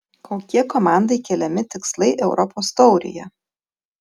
kokie komandai keliami tikslai europos taurėje